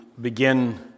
begin